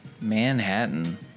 Manhattan